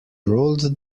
rolled